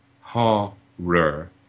horror